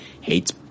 hates